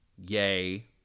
yay